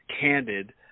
candid –